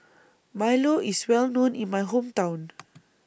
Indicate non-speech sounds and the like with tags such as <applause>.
Milo IS Well known in My Hometown <noise>